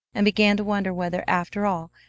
and began to wonder whether, after all,